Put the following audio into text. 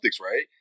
right